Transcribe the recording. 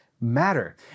matter